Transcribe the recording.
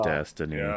Destiny